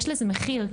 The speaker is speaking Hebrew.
יש לזה מחיר.